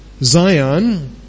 Zion